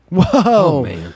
Whoa